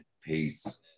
Peace